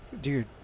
dude